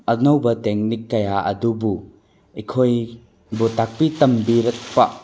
ꯑꯅꯧꯕ ꯇꯦꯛꯅꯤꯛ ꯀꯌꯥ ꯑꯗꯨꯕꯨ ꯑꯩꯈꯣꯏꯕꯨ ꯇꯥꯛꯄꯤ ꯇꯝꯕꯤꯔꯛꯄ